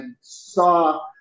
saw